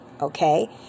Okay